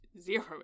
zero